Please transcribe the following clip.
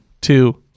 two